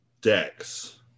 decks